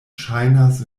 ŝajnas